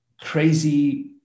crazy